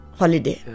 holiday